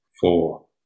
four